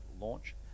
launch